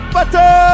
Butter